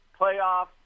playoff